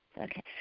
Okay